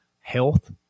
health